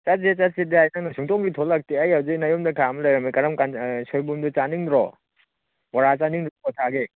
ꯆꯠꯁꯤ ꯆꯠꯁꯤꯗꯤ ꯍꯥꯏ ꯅꯪꯅ ꯁꯨꯛꯊꯣꯛꯇꯤ ꯊꯣꯛꯂꯛꯇꯦ ꯑꯩ ꯍꯧꯖꯤꯛ ꯅꯌꯨꯝꯗ ꯈꯥꯝꯃ ꯂꯩꯔꯝꯃꯤ ꯀꯔꯝ ꯀꯥꯟꯗ ꯁꯣꯏꯕꯨꯝꯗꯣ ꯆꯥꯅꯤꯡꯗ꯭ꯔꯣ ꯕꯣꯔꯥ ꯆꯥꯅꯤꯡꯗ꯭ꯔꯣ ꯀꯣꯊꯥꯒꯤ